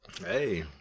hey